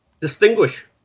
distinguish